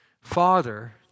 Father